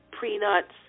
peanuts